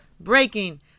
breaking